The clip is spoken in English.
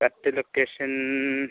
correct location